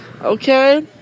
okay